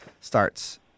starts